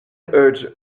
urged